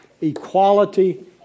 equality